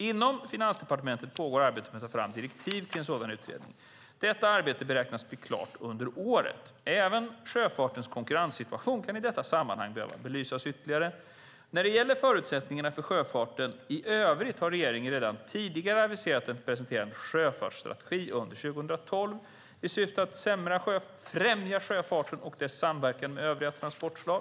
Inom Finansdepartementet pågår arbete med att ta fram direktiv till en sådan utredning. Detta arbete beräknas bli klart under året. Även sjöfartens konkurrenssituation kan i detta sammanhang behöva belysas ytterligare. När det gäller förutsättningarna för sjöfarten i övrigt har regeringen redan tidigare aviserat att presentera en sjöfartsstrategi under 2012 i syfte att främja sjöfarten och dess samverkan med övriga transportslag.